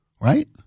Right